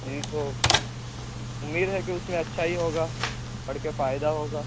جی تو امید ہے کہ اس میں اچھا ہی ہوگا پڑھ کے فائدہ ہوگا